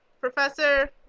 Professor